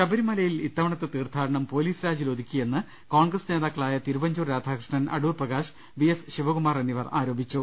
ശബരിമലയിൽ ഇത്തവണത്തെ തീർത്ഥാടനം പൊലീസ് രാജിൽ ഒതുക്കിയെന്ന് കോൺഗ്രസ് നേതാ ക്കളായ തിരുവഞ്ചൂർ രാധാകൃഷ്ണൻ അടൂർ പ്രകാശ് വി എസ് ശിവകുമാർ എന്നിവർ അഭിപ്രായപ്പെട്ടു